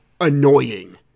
annoying